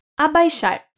Abaixar